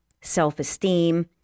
self-esteem